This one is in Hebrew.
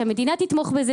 שהמדינה תתמוך בזה.